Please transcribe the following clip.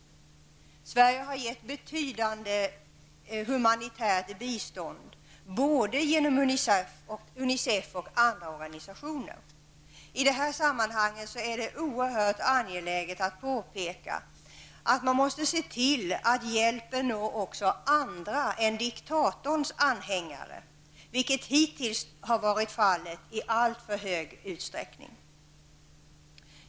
Sverige har gett ett betydande humanitärt bistånd både genom UNICEF och andra organisationer. I detta sammanhang är det oerhört angeläget att påpeka att man måste se till att hjälpen når också andra än diktatorns anhängare. Hittills har hjälpen i alltför stor utsträckning nått diktatorns anhängare.